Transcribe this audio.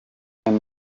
bamwe